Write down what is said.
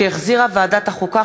שהחזירה ועדת החוקה,